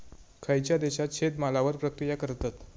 खयच्या देशात शेतमालावर प्रक्रिया करतत?